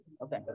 Okay